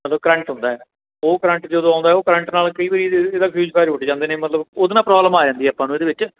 ਮਤਲਬ ਕਰੰਟ ਹੁੰਦਾ ਉਹ ਕਰੰਟ ਜਦੋਂ ਆਉਂਦਾ ਉਹ ਕਰੰਟ ਨਾਲ ਕਈ ਵਾਰੀ ਇਹਦਾ ਫ਼ਿਊਜ਼ ਫਿਆਜ ਉੱਡ ਜਾਂਦੇ ਨੇ ਮਤਲਬ ਉਹਦੇ ਨਾਲ ਪ੍ਰੋਬਲਮ ਆ ਜਾਂਦੀ ਹੈ ਆਪਾਂ ਨੂੰ ਇਹਦੇ ਵਿੱਚ